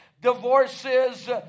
Divorces